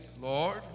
Lord